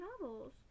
novels